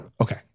Okay